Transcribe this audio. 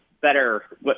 better